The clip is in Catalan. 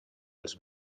els